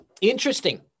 interesting